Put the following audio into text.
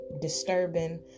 disturbing